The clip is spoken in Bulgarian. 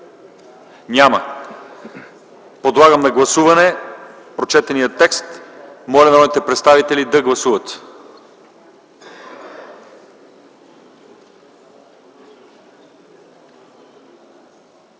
Няма. Предлагам да гласуваме прочетения текст. Моля народните представители да гласуват.